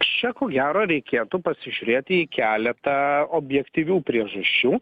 čia ko gero reikėtų pasižiūrėti į keletą objektyvių priežasčių